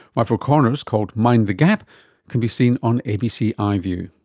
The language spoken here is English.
my four corners called mind the gap can be seen on abc ah iview.